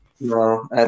No